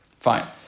Fine